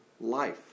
life